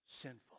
sinful